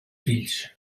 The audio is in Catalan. fills